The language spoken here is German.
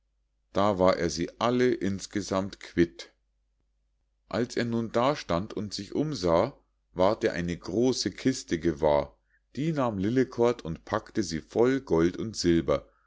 da war er sie alle insgesammt quitt als er nun da stand und sich umsah ward er eine große kiste gewahr die nahm lillekort und packte sie voll gold und silber